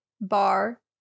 bar